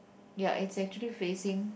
ya is actually facing